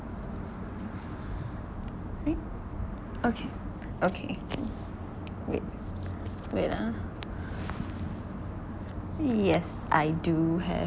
okay okay wait wait ah y~ yes I do have